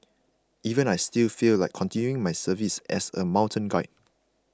even I still feel like continuing my services as a mountain guide